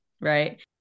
right